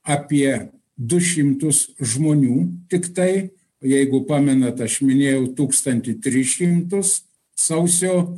apie du šimtus žmonių tiktai jeigu pamenat aš minėjau tūkstantį tris šimtus sausio